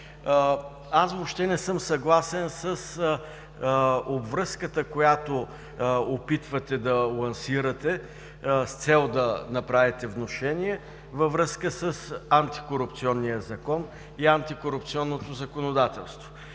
аз въобще не съм съгласен с обвръзката, която се опитвате да лансирате, с цел да направите внушение във връзка с Антикорупционния закон и антикорупционното законодателство.